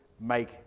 make